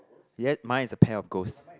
yet mine is a pair of goats